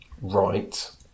Right